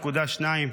1.2 מיליארד,